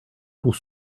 pour